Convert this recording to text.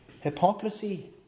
Hypocrisy